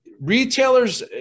retailers